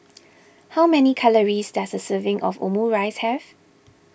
how many calories does a serving of Omurice have